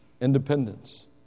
Independence